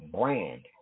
brand